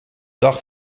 dag